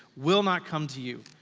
will not come to you.